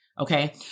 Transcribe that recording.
Okay